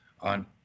on